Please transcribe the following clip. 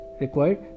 required